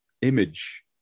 image